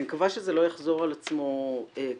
אני מקווה שזה לא יחזור על עצמו כאן.